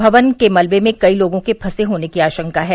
भवन के मलबे में कई लोगों के फंसे होने को आशंका है